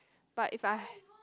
but if I